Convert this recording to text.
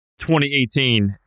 2018